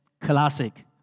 classic